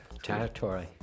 Territory